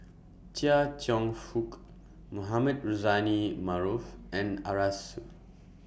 Chia Cheong Fook Mohamed Rozani Maarof and Arasu